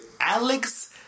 Alex